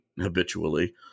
habitually